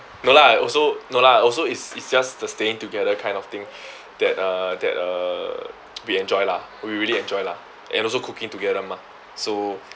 no lah also no lah also is is just the staying together kind of thing that uh that uh we enjoy lah we really enjoy lah and also cooking together mah so